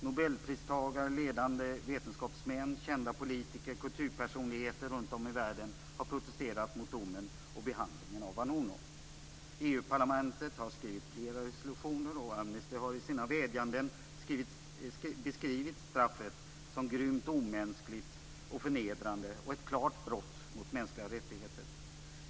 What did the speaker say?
Nobelpristagare, ledande vetenskapsmän, kända politiker och kulturpersonligheter runt om i världen har protesterat mot domen och behandlingen av Vanunu. EU-parlamentet har skrivit flera resolutioner, och Amnesty har i sina vädjanden beskrivit straffet som grymt, omänskligt och förnedrande och ett klart brott mot mänskliga rättigheter.